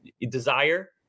desire